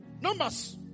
numbers